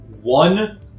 one